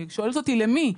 היא שואלת אותי למי?